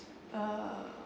uh